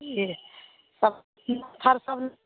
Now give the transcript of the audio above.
इएह सब फार सब